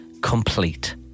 complete